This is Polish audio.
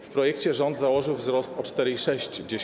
W projekcie rząd założył wzrost o 4,6.